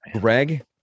Greg